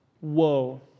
Whoa